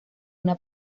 una